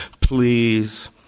please-